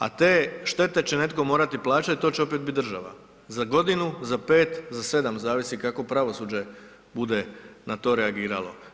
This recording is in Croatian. A te štete će netko morati plaćat, to će opet bit država, za godinu, za 5, za 7, zavisi kako pravosuđe bude na to reagiralo.